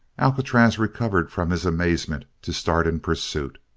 alcatraz recovered from his amazement to start in pursuit.